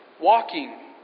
walking